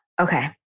okay